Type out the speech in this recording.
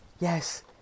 Yes